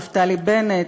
נפתלי בנט,